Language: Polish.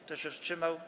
Kto się wstrzymał?